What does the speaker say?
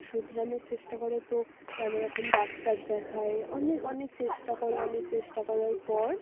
শুধরানোর চেষ্টা করে তো নানারকম ডাক্তার দেখায় অনেক অনেক চেষ্টা করে অনেক চেষ্টা করার পর